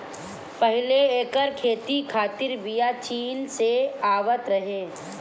पहिले एकर खेती खातिर बिया चीन से आवत रहे